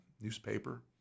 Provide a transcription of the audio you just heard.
newspaper